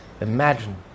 imagine